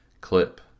Clip